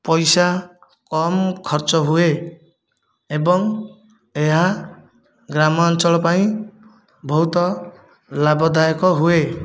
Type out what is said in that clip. ପଇସା କମ୍ ଖର୍ଚ୍ଚ ହୁଏ ଏବଂ ଏହା ଗ୍ରାମାଞ୍ଚଳ ପାଇଁ ବହୁତ ଲାଭଦାୟକ ହୁଏ